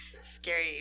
scary